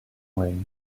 way